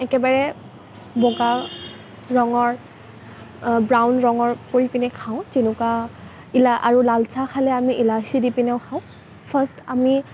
একেবাৰে বগা ৰঙৰ ব্ৰাউন ৰঙৰ কৰি পেনি খাওঁ যেনেকুৱা আৰু লাল চাহ খালে আমি ইলাচী দি পেনিও খাওঁ ফাৰ্ষ্ট আমি